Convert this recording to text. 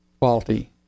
quality